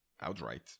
outright